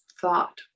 thought